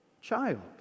child